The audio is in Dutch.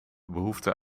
behoefte